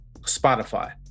Spotify